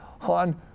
on